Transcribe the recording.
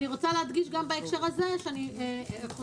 אני רוצה להדגיש בהקשר הזה שאני חושבת